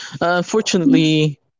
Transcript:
unfortunately